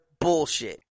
bullshit